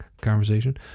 conversation